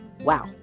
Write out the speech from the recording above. wow